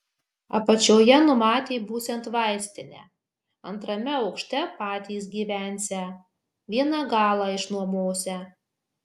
apačioje numatė būsiant vaistinę antrame aukšte patys gyvensią vieną galą išnuomosią